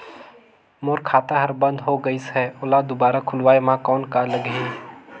मोर खाता हर बंद हो गाईस है ओला दुबारा खोलवाय म कौन का लगही?